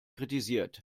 kritisiert